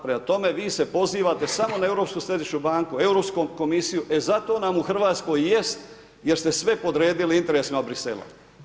Prema tome, vi se pozivate samo na Europsku središnju banku, Europskom komisijom, e zato nam u Hrvatskoj jest jer ste sve podredili interesima Bruxellesa.